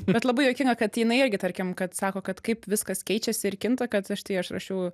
bet labai juokinga kad jinai irgi tarkim kad sako kad kaip viskas keičiasi ir kinta kad štai aš rašiau